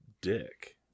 dick